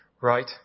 Right